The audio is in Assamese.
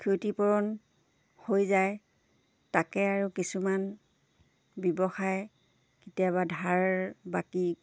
ক্ষতিপূৰণ হৈ যায় তাকে আৰু কিছুমান ব্যৱসায় কেতিয়াবা ধাৰ বাকী